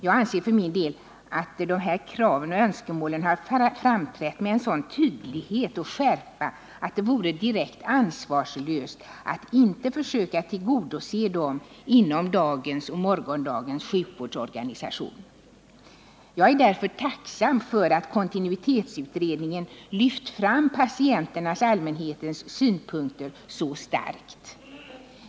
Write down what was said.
Jag anser för min del att dessa krav och önskemål har framträtt med sådan tydlighet och skärpa att det vore direkt ansvarslöst att inte försöka tillgodose dem inom dagens och morgondagens sjukvårdsorganisation. Jag är därför tacksam för att kontinuitetsutredningen lyft fram patienternas-allmänhetens synpunkter så starkt.